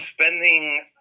spending